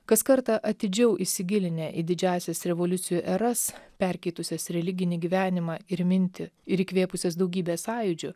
kas kartą atidžiau įsigilinę į didžiąsias revoliucijų eras perkeitusias religinį gyvenimą ir mintį ir įkvėpusias daugybę sąjūdžių